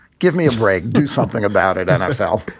give me a break. do something about it. nfl